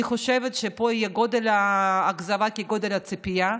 אני חושבת שפה גודל האכזבה יהיה כגודל הציפייה,